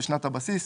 בשנת הבסיס,